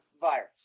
virus